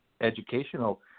educational